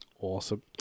Awesome